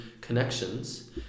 connections